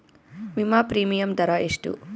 ವಿಮಾ ಪ್ರೀಮಿಯಮ್ ದರಾ ಎಷ್ಟು?